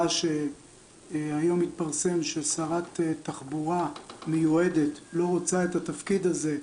היום התפרסם ששרת תחבורה מיועדת לא רוצה את התפקיד הזה,